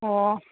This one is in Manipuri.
ꯑꯣ